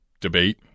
debate